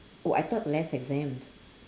oh I thought less exams